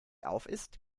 aufisst